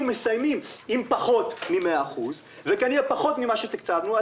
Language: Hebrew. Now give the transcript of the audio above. מסיימים עם פחות ממאה אחוז וכנראה פחות ממה שתקצבנו,